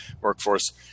workforce